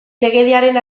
legediaren